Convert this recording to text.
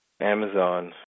Amazon